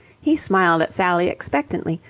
he smiled at sally expectantly,